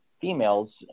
females